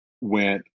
went